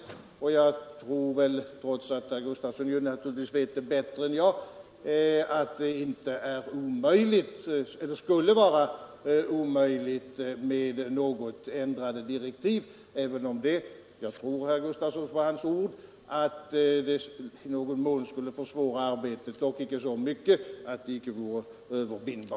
Trots att herr Gustafsson naturligtvis känner till saken bättre än jag, tror jag inte att det skulle vara omöjligt med något ändrade direktiv, även om — jag tror herr Gustafsson på hans ord — det i någon mån skulle försvåra arbetet, dock inte så mycket att det inte ginge att utföra.